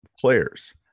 players